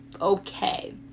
okay